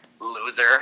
loser